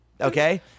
okay